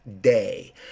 day